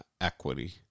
equity